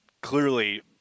clearly